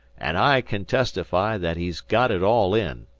and i can testify that he's got it all in.